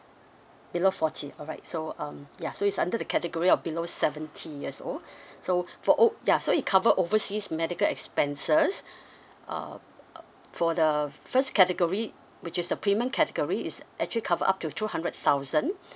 below forty alright so um ya so it's under the category of below seventy years old so for o~ ya so it cover overseas medical expenses uh for the first category which is the premium category is actually cover up to two hundred thousand